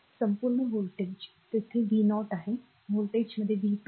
संपूर्ण व्होल्टेज येथे v0 आहे व्होल्टेजमध्ये v 2 आहे